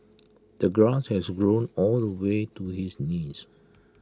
the grass has grown all the way to his knees